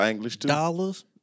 dollars